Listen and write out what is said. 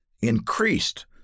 increased